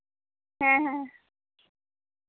ᱦᱮᱸ ᱦᱮᱸ